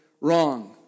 wrong